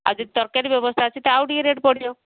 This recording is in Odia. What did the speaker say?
ଯଦି ତରକାରୀ ବ୍ୟବସ୍ଥା ଅଛି ତ ଆଉ ଟିକେ ରେଟ ବଢ଼ିବ